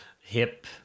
hip